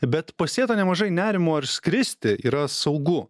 bet pasėta nemažai nerimo ar skristi yra saugu